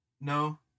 no